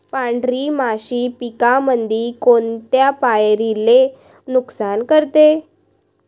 पांढरी माशी पिकामंदी कोनत्या पायरीले नुकसान करते?